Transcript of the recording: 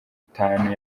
itanu